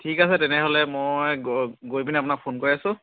ঠিক আছে তেনেহ'লে মই গৈ পিনি আপোনাক ফোন কৰি আছোঁ